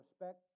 respect